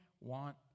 want